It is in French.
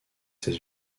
états